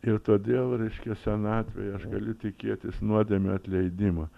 ir todėl reiškia senatvėje aš galiu tikėtis nuodėmių atleidimo